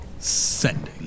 Sending